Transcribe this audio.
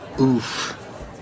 Oof